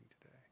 today